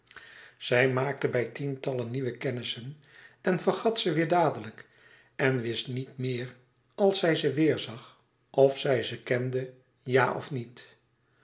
zij maakte bij tientallen nieuwe kennissen en vergat ze weêr dadelijk en wist niet meer als zij ze weêrzag of zij ze kende ja of niet